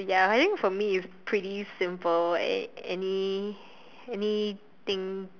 ya I think for me it's pretty simple any any thing